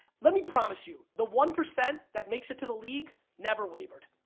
let me promise you, the one percent that makes it to the league never wavered.